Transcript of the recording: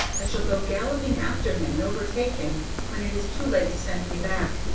i shall go galloping after him and overtake him when it is too late to send me back.